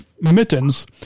mittens